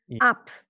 up